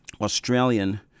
Australian